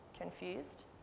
confused